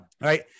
Right